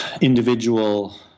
individual